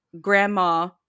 Grandma